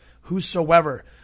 Whosoever